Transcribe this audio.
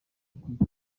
kwitwa